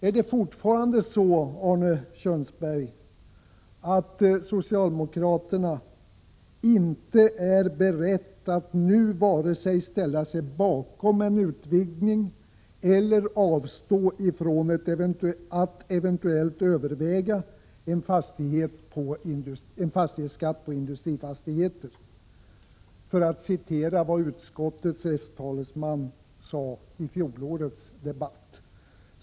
Är det fortfarande så, Arne Kjörnsberg, att socialdemokraterna inte är beredda att nu vare sig ställa sig bakom en utvidgning eller avstå från att eventuellt överväga en fastighetsskatt på industrifastigheter — för att nu återge vad utskottets s-talesman sade i fjolårets debatt?